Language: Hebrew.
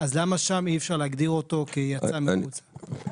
לא מוגדר כמי שיצא מחוץ למעגל?